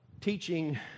teaching